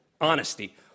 Honesty